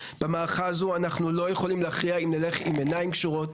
ובמערכה הזו אנחנו לא יכולים להכריע אם נלך עם ידיים קשורות,